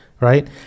right